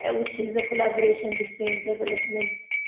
and which is collaboration between development,